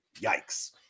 yikes